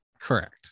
Correct